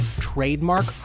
trademark